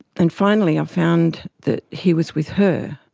and finally i found that he was with her.